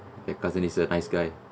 the cousin is a nice guy